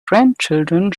grandchildren